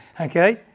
Okay